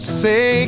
say